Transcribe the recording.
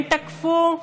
הם תקפו,